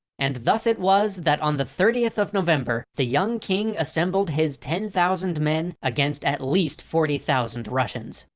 and thus it was, that on the thirtieth of november, the young king assembled his ten thousand men against at least forty thousand russians.